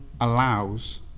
allows